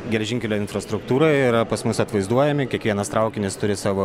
geležinkelio infrastruktūroje yra pas mus atvaizduojami kiekvienas traukinis turi savo